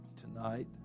tonight